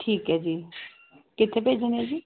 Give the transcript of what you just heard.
ਠੀਕ ਹੈ ਜੀ ਕਿੱਥੇ ਭੇਜਣੇ ਹੈ ਜੀ